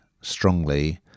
strongly